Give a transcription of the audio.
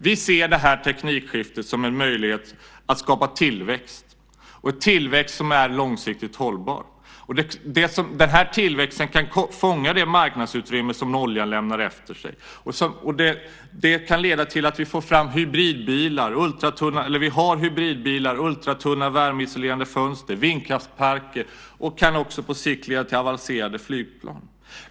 Vi ser det här teknikskiftet som en möjlighet att skapa tillväxt, och en tillväxt som är långsiktigt hållbar. Den här tillväxten kan fånga det marknadsutrymme som oljan lämnar efter sig. Det kan leda till att vi har hybridbilar, ultratunna värmeisolerande fönster och vindkraftsparker. Det kan också på sikt leda till avancerade flygplan.